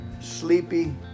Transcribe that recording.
sleepy